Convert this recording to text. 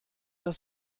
das